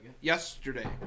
Yesterday